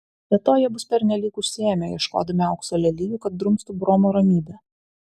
be to jie bus pernelyg užsiėmę ieškodami aukso lelijų kad drumstų bromo ramybę